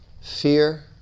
fear